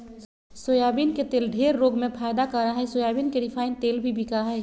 soybean के तेल ढेर रोग में फायदा करा हइ सोयाबीन के रिफाइन तेल भी बिका हइ